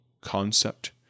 concept